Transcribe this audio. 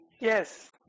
Yes